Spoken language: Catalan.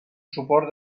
suport